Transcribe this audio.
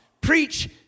Preach